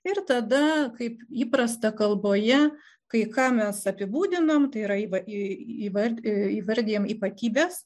ir tada kaip įprasta kalboje kai ką mes apibūdinam tai įva įvard įvardijam ypatybes